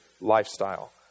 lifestyle